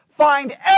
find